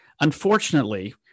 Unfortunately